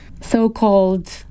so-called